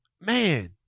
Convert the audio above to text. man